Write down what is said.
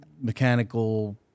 mechanical